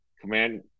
Command